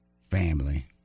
family